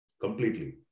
completely